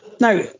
now